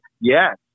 yes